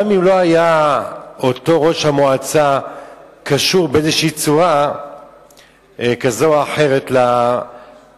גם אם לא היה אותו ראש המועצה קשור בצורה כזו או אחרת למפלגה,